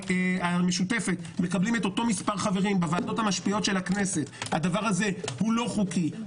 המשותפת מקבלים אותו מספר חברים בוועדות המשפיעות של הכנסת הוא לא חוקי,